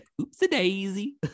oopsie-daisy